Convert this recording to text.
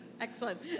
Excellent